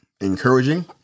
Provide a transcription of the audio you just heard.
Encouraging